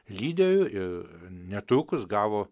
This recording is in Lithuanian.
lyderių ir netrukus gavo